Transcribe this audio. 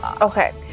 Okay